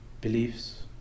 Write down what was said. beliefs